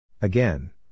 Again